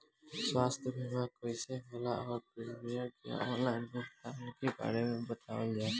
स्वास्थ्य बीमा कइसे होला और प्रीमियम के आनलाइन भुगतान के बारे में बतावल जाव?